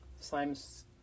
Slime's